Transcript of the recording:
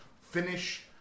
finish